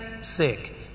sick